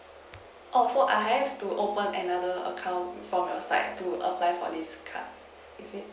oh so I have to open another account from your side to apply for this card is it